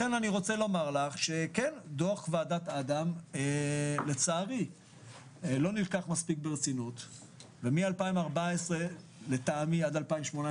דו"ח ועדת אדם לצערי לא נלקח מספיק ברצינות ומ-2014 לטעמי עד 2018